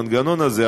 המנגנון הזה,